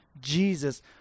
Jesus